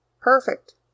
Perfect